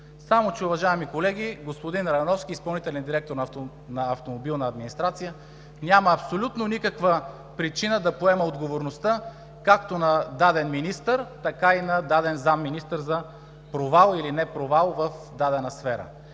Само че, уважаеми колеги, господин Рановски – изпълнителен директор на „Автомобилна администрация“, няма абсолютно никаква причина да поема отговорността както на даден министър, така и на даден заместник-министър за провал или не-провал в дадена сфера.